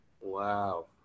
wow